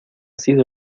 sido